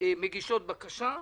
מגישות בקשה,